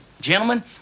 gentlemen